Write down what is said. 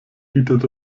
bietet